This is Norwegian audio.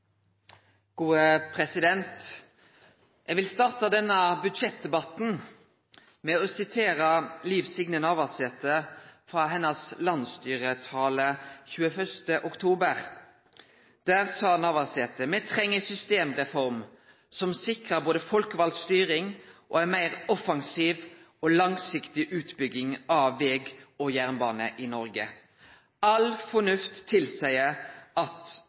Eg vil starte denne budsjettdebatten med å sitere frå Liv Signe Navarsetes landsstyretale den 21. oktober. Der sa Navarsete: «Me treng ei systemreform som sikrar både folkevald styring og ei meir offensiv og langsiktig utbygging av veg og jernbane i Noreg. All fornuft tilseier at